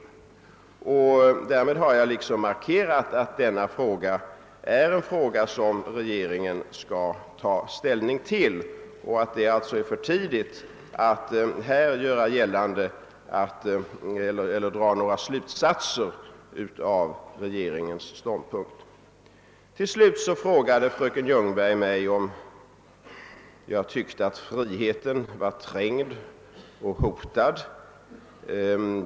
Därmed har jag markerat att detta är en fråga som regeringen skall ta ställning till och att det är för tidigt att dra några slutsatser om regeringens ståndpunkt. Till slut frågade fröken Ljungberg mig om jag tyckte att friheten var trängd och hotad.